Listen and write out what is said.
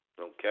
okay